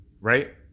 Right